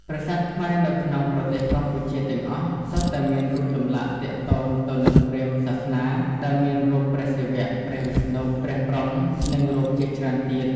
ប្រាសាទខ្មែរនៅក្នុងប្រទេសកម្ពុជាទាំងអស់សុទ្ធតែមានរូចចម្លាក់ទាក់ទងទៅនិងព្រាហ្មណ៍សាសនាដែលមានរូប ព្រះសិវៈ ព្រះវិស្ណុ ព្រះព្រហ្មនិងរូបជាច្រើនទៀត